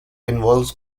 involves